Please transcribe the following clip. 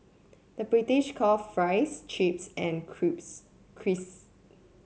the British call fries chips and crisp